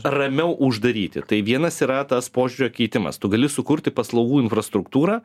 ramiau uždaryti tai vienas yra tas požiūrio keitimas tu gali sukurti paslaugų infrastruktūrą